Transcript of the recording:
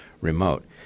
remote